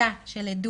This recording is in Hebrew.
פסקה של עדות